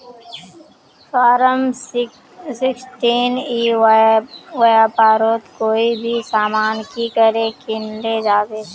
Form sixteen ई व्यापारोत कोई भी सामान की करे किनले जाबे?